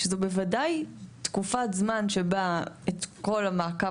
שזאת בוודאי תקופת זמן שבה את כל המעקב